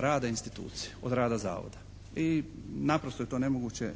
rada institucije, od rada zavoda i naprosto je to nemoguće.